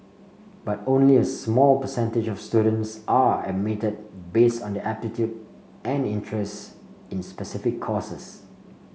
but only a small percentage of students are admitted based on their aptitude and interests in specific courses